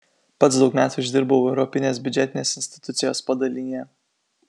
pats daug metų išdirbau europinės biudžetinės institucijos padalinyje